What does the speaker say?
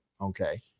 okay